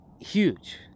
huge